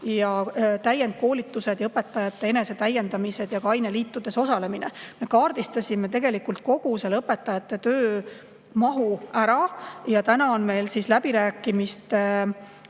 täiendkoolitused ja õpetajate enesetäiendamised, samuti aineliitudes osalemine. Me kaardistasime tegelikult kogu selle õpetajate töö mahu ära ja praegu on meil läbirääkimiste